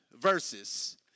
verses